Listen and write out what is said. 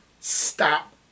stop